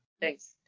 Thanks